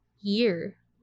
year